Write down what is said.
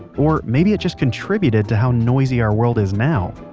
or, maybe it just contributed to how noisy our world is now.